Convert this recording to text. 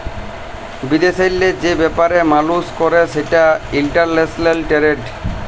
বিদেশেল্লে যে ব্যাপার মালুস ক্যরে সেটা ইলটারল্যাশলাল টেরেড